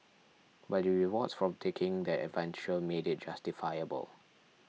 but the rewards from taking that adventure made it justifiable